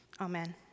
Amen